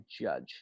judge